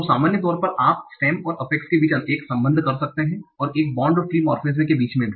तो सामान्य तौर पर आप स्टेम और अफफेक्स के बीच एक संबंध कर सकते हैं और बॉन्ड और फ्री मोर्फेम के बिच मे भी